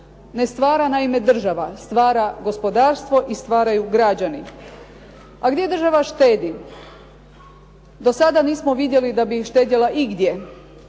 ne stvara naime država, stvara gospodarstvo i stvaraju građani. A gdje država štedi? Do sada nismo vidjeli da bi i štedjela igdje,